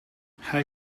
hij